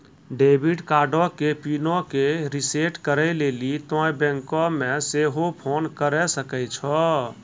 debit कार्डो के पिनो के रिसेट करै लेली तोंय बैंको मे सेहो फोन करे सकै छो